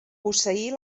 posseir